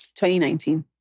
2019